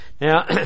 Now